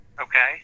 okay